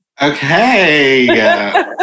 Okay